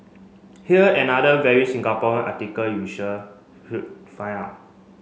here another very Singapore article you should find out